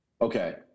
Okay